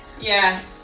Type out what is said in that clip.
Yes